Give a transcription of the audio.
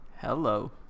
Hello